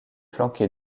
flanqué